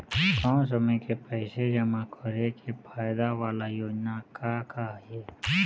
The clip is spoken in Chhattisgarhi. कम समय के पैसे जमा करे के फायदा वाला योजना का का हे?